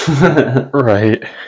right